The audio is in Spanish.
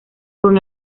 con